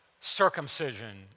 circumcision